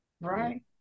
Right